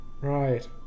Right